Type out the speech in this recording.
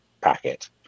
packet